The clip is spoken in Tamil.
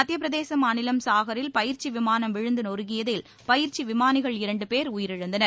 மத்தியப் பிரதேச மாநிலம் சாகரில் பயிற்சி விமானம் விழுந்து நொருங்கியதில் பயிற்சி விமானிகள் இரண்டு பேர் உயிரிழந்தனர்